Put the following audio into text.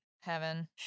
heaven